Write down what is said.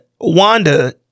Wanda